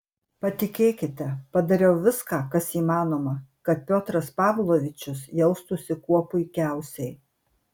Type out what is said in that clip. patikėkite padariau viską kas įmanoma kad piotras pavlovičius jaustųsi kuo puikiausiai